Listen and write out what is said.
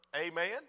Amen